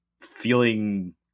feeling